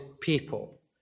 people